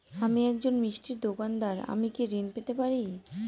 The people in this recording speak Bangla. আমি একজন মিষ্টির দোকাদার আমি কি ঋণ পেতে পারি?